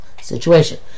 situation